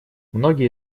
многие